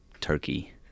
turkey